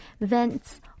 vents